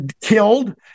killed